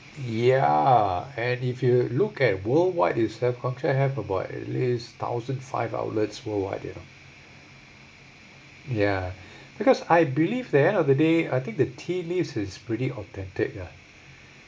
ya and if you look at worldwide is have contract have about at least thousand five outlets worldwide you know ya because I believe at the end of the day I think the tea leaves is pretty authentic ah